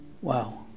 Wow